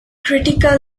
critical